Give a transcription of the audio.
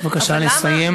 בבקשה לסיים.